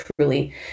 truly